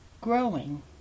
growing